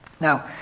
Now